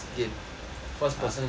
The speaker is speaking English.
first person